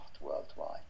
worldwide